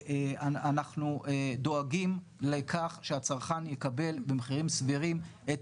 אנחנו דואגים לכך שהצרכן יקבל במחירים סבירים את